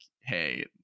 Hey